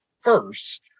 first